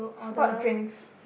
sport drinks